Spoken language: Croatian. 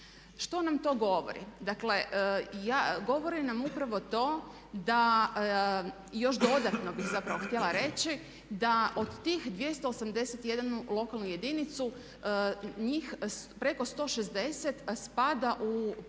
Što nam to govori? Dakle, govori nam upravo to da, i još dodatno bih zapravo htjela reći, da od tih 281 lokalne jedinice njih preko 160 spada u područja